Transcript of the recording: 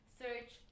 search